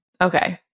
Okay